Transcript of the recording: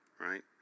right